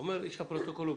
אומר איש הפרוטוקול ובצדק,